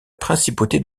principauté